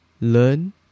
learn